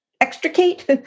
extricate